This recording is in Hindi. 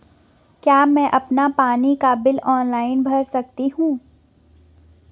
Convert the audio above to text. क्या मैं अपना पानी का बिल ऑनलाइन भर सकता हूँ?